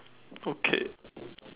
okay